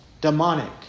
demonic